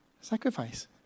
Sacrifice